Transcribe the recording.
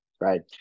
right